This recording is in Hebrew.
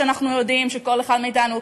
אנחנו יודעים שכל אחד מאתנו,